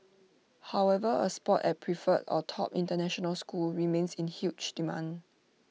however A spot at preferred or top International school remains in huge demand